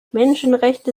menschenrechte